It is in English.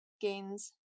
gains